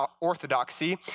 orthodoxy